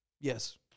Yes